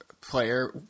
player